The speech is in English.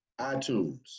iTunes